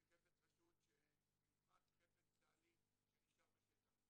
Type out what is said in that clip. חפץ חשוד שנזרק, חפץ צה"לי שנשאר בשטח.